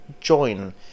join